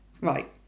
Right